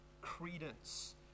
credence